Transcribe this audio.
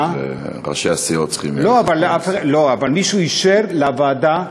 ראשי הסיעות צריכים, לא, אבל מישהו אישר לוועדה.